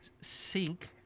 Sink